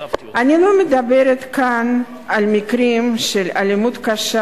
אני לא מדברת כאן על מקרים של אלימות קשה